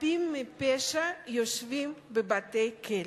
חפים מפשע יושבים בבתי-כלא.